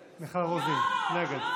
נגד.